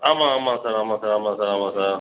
ஆமாம் ஆமாம் சார் ஆமாம் சார் ஆமாம் சார் ஆமாம் சார்